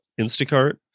instacart